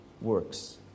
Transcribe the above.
works